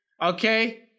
Okay